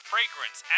Fragrance